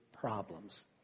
problems